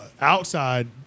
outside